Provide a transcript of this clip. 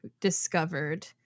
discovered